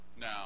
Now